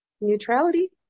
neutrality